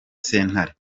sentare